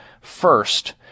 first